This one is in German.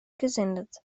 gesendet